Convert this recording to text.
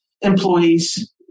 employees